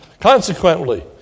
Consequently